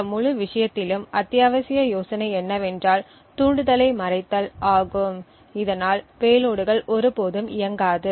இந்த முழு விஷயத்திலும் அத்தியாவசிய யோசனை என்னவென்றால் தூண்டுதலை மறைத்தல் ஆகும் இதனால் பேலோடுகள் ஒருபோதும் இயங்காது